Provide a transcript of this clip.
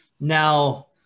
Now